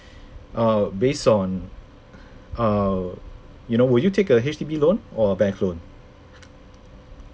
err base on err you know would you take a H_D_B loan or bank loan